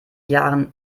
jahren